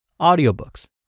audiobooks